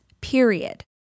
period